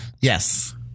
Yes